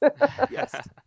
Yes